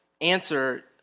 answer